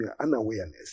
unawareness